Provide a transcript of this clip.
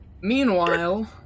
Meanwhile